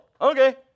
Okay